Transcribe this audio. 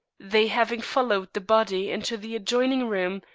they having followed the body into the adjoining room,